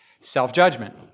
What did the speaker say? self-judgment